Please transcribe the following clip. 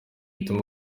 bituma